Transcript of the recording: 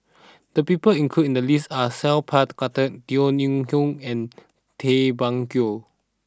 the people included in the list are Sat Pal Khattar Teo Ho Pin and Tay Bak Koi